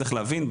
צריך להבין,